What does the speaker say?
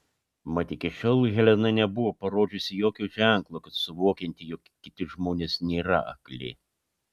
mat iki šiol helena nebuvo parodžiusi jokio ženklo kad suvokianti jog kiti žmonės nėra akli